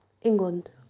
England